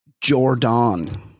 Jordan